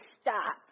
stop